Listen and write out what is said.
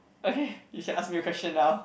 okay you can ask me a question now